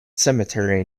cemetery